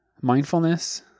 mindfulness